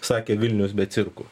sakė vilnius be cirkų